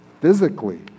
physically